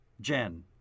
Jen